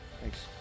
thanks